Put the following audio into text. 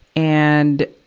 and,